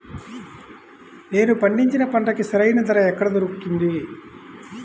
నేను పండించిన పంటకి సరైన ధర ఎక్కడ దొరుకుతుంది?